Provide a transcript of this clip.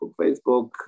Facebook